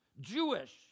Jewish